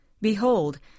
behold